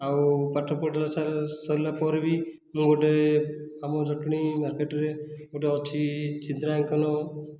ଆଉ ପାଠପଢ଼ିଲା ସରିଲା ପରେ ବି ମୁଁ ଗୋଟିଏ ଆମ ଜଟଣୀ ମାର୍କେଟରେ ଗୋଟିଏ ଅଛି ଚିତ୍ରାଙ୍କନ